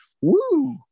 woo